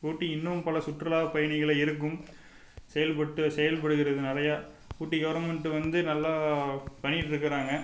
ஊட்டி இன்னும் பல சுற்றுலா பயணிகளை இழுக்கும் செயல்பட்டு செயல்படுகிறது நிறைய ஊட்டி கவர்மெண்ட் வந்து நல்லா பண்ணிக்கிட்டு இருக்கிறாங்க